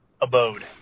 abode